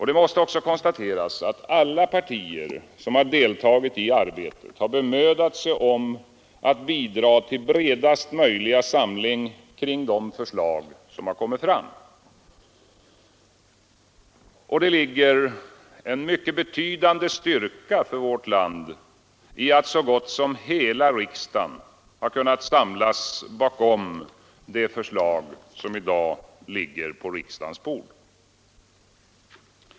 Det måste också konstateras att alla partier, som deltagit i arbetet, har bemödat sig om att bidra till bredast möjliga samling kring de förslag som kommit fram. Det ligger en mycket betydande styrka för vårt land i att så gott som hela riksdagen kunnat samlas bakom det förslag som i dag ligger på riksdagens bord.